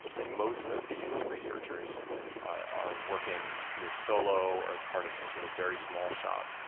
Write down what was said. and most of these researchers are working either solo or as part of some sort of very small shop.